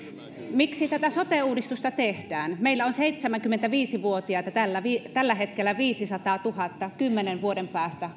miksi tätä sote uudistusta tehdään meillä on seitsemänkymmentäviisi vuotiaita tällä hetkellä viisisataatuhatta ja kymmenen vuoden päästä